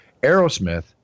Aerosmith